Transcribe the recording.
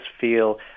feel